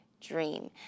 dream